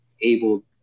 able